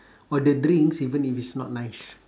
or the drinks even if it's not nice